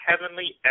Heavenly